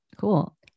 Cool